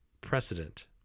Precedent